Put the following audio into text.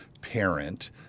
parent